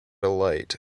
alight